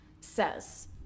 says